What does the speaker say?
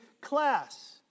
class